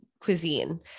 cuisine